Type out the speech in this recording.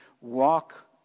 walk